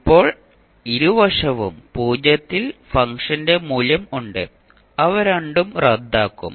ഇപ്പോൾ ഇരുവശത്തും പൂജ്യത്തിൽ ഫംഗ്ഷന്റെ മൂല്യം ഉണ്ട് അവ രണ്ടും റദ്ദാക്കും